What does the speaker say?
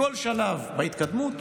בכל שלב בהתקדמות,